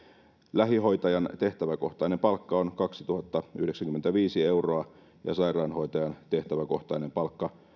lähihoitajan tehtäväkohtainen palkka on kaksituhattayhdeksänkymmentäviisi euroa ja sairaanhoitajan tehtäväkohtainen palkka